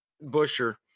Busher